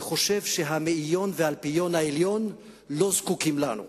אני חושב שהמאיון והאלפיון העליון לא זקוקים לנו.